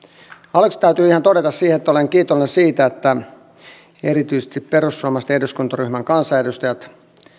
aluksi täytyy ihan todeta että olen kiitollinen siitä että erityisesti perussuomalaisten eduskuntaryhmän kansanedustajista